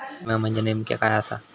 विमा म्हणजे नेमक्या काय आसा?